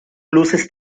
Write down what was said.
luces